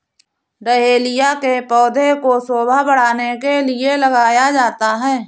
dahlia के पौधे को शोभा बढ़ाने के लिए लगाया जाता है